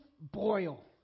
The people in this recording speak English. boil